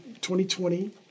2020